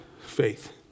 faith